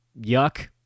yuck